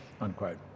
unquote